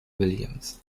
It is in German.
williams